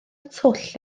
twll